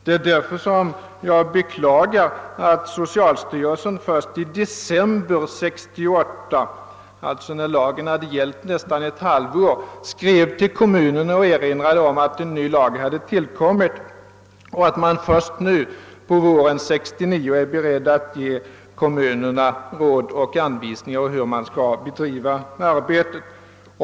Det är därför jag beklagar för det första att socialstyrelsen inte förrän i december 1968 — alltså när lagen hade gällt under nästan ett halvt år — skrev till kommunerna och erinrade om att en ny lag hade införts och för det andra att man inte förrän nu på våren 1969 är beredd att ge kommunerna råd och anvisningar om hur arbetet skall bedrivas.